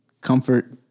comfort